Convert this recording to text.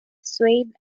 swayed